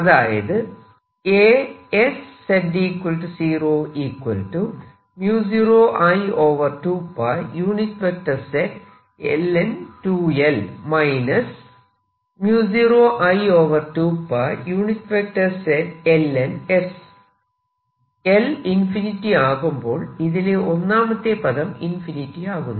അതായത് L infinity ആകുമ്പോൾ ഇതിലെ ഒന്നാമത്തെ പദം ഇൻഫിനിറ്റി ആകുന്നു